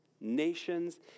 nations